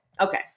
Okay